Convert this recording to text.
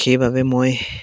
সেইবাবে মই